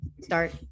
Start